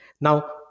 Now